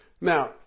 Now